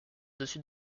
dessus